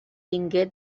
tingué